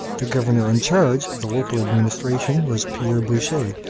the governor in charge of the local administration was pierre boucher,